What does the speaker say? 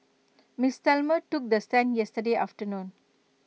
miss Thelma took the stand yesterday afternoon